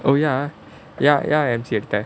oh ya ya ya என்:en M_C எடுத்த:edutha